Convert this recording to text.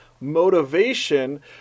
motivation